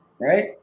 right